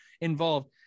involved